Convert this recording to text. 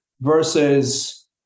versus